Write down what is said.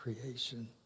creation